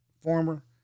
former